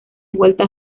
vuelta